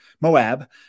Moab